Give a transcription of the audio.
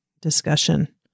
discussion